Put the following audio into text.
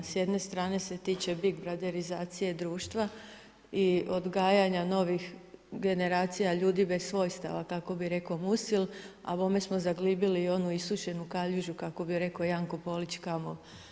S jedne strane se tiče bigbrotherizacije društva i odgajanja novih generacija ljudi bez svog stava, tako bi rekao Musil, a bome smo zaglibili i u onu isušenu kaljužu kako bi rekao Janko Polić Kamov.